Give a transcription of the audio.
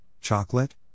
chocolate